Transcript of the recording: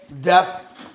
death